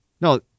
No